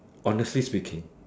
honestly speaking